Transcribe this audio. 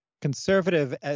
Conservative